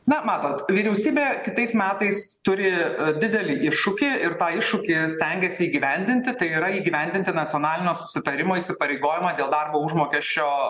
na matot vyriausybė kitais metais turi didelį iššūkį ir tą iššūkį stengiasi įgyvendinti tai yra įgyvendinti nacionalinio susitarimo įsipareigojimą dėl darbo užmokesčio